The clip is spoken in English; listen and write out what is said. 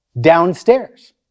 downstairs